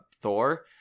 thor